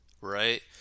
right